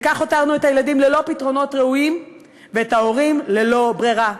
וכך הותרנו את הילדים ללא פתרונות ראויים ואת ההורים ללא ברירה,